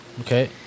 Okay